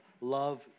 love